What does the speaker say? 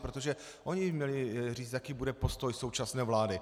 Protože oni by měli říct, jaký bude postoj současné vlády.